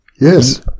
Yes